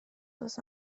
oes